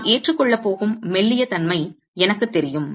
நான் ஏற்றுக்கொள்ளப் போகும் மெல்லிய தன்மை எனக்குத் தெரியும்